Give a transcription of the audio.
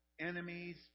Enemies